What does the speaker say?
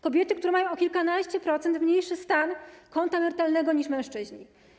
Kobiety, które mają o kilkanaście procent mniejszy stan konta emerytalnego niż mężczyźni.